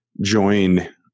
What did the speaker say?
join